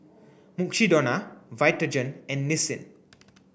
Mukshidonna Vitagen and Nissin